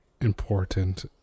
important